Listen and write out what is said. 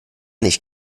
nicht